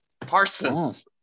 Parsons